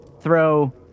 throw